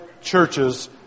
churches